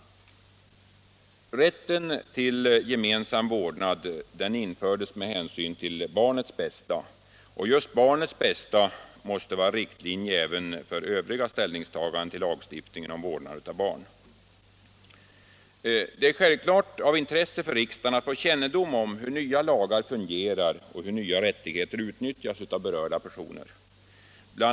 Rätten till gemensam vårdnad infördes med hänsyn till barnets bästa. Just barnets bästa måste vara riktmärke även för övriga ställningstaganden när det gäller lagstiftningen om vårdnaden av barn. Det är självfallet av intresse för riksdagen att få kännedom om hur nya lagar fungerar och hur nya rättigheter utnyttjas av berörda personer. Bl.